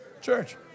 Church